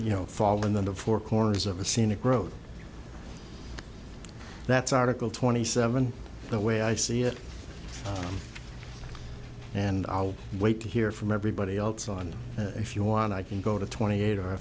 you know fall in the four corners of a scenic road that's article twenty seven the way i see it and i'll wait to hear from everybody else on if you want i can go to twenty eight or